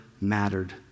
mattered